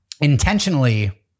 Intentionally